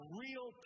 real